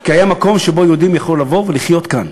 כי היה מקום שאליו יהודים יכלו לבוא ולחיות בו.